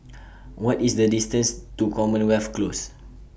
What IS The distance to Commonwealth Close